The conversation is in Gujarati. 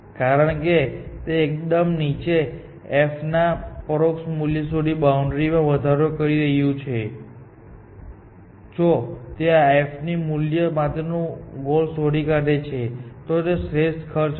કારણ કે તે એકદમ નીચાf ના પરોક્ષ મૂલ્ય સુધી બાઉન્ડ્રી માં વધારો કરી રહ્યું છે જો તે આ f મૂલ્ય માટેનું ગોલ શોધી કાઢે છે તો તે શ્રેષ્ઠ ખર્ચ હશે